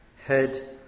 head